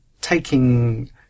taking